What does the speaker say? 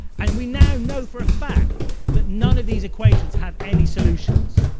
and we now know for a fact that none of these equations have any solutions.